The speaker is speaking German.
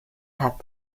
habt